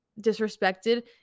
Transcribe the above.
disrespected